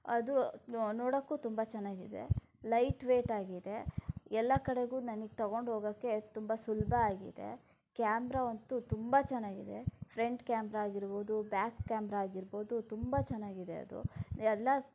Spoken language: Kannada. ಅದು ನೋಡೋಕ್ಕೂ ತುಂಬ ಚೆನ್ನಾಗಿದೆ ಲೈಟ್ ವೆಯ್ಟ್ ಆಗಿದೆ ಎಲ್ಲ ಕಡೆಗೂ ನನಗೆ ತಗೊಂಡು ಹೋಗಕ್ಕೆ ತುಂಬ ಸುಲಭ ಆಗಿದೆ ಕ್ಯಾಮ್ರಾ ಅಂತು ತುಂಬ ಚೆನ್ನಾಗಿದೆ ಫ್ರಂಟ್ ಕ್ಯಾಮ್ರಾ ಆಗಿರ್ಬೋದು ಬ್ಯಾಕ್ ಕ್ಯಾಮ್ರಾ ಆಗಿರ್ಬೋದು ತುಂಬ ಚೆನ್ನಾಗಿದೆ ಅದು ಎಲ್ಲ